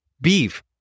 beef